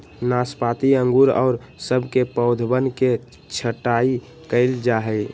नाशपाती अंगूर और सब के पौधवन के छटाई कइल जाहई